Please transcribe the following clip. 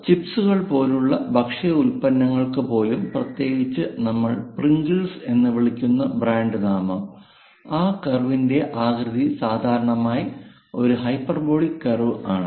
ചിപ്സുകൾ പോലുള്ള ഭക്ഷ്യ ഉൽപ്പന്നങ്ങൾക്ക് പോലും പ്രത്യേകിച്ച് നമ്മൾ പ്രിംഗിൾസ് എന്ന് വിളിക്കുന്ന ബ്രാൻഡ് നാമം ആ കർവിന്റെ ആകൃതി സാധാരണയായി ഒരു ഹൈപ്പർബോളിക് കർവ് ആണ്